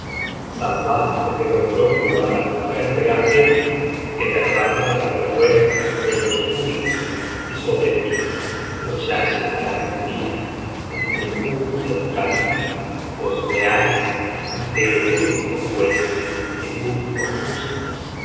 salvaste del oprobio á la mujer de aquel que derramó la vergüenza sobre los tuyos y sobre ti pero ya llegará el día en que tú y el califa os veáis ante el único juez el único justo